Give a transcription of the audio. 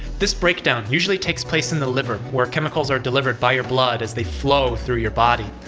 this breakdown usually takes place in the liver, where chemicals are delivered by your blood as they flow through your body.